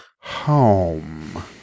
home